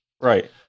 Right